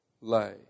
lay